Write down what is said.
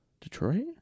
Detroit